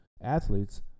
athletes